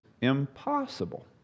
impossible